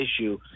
issue